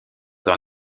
dans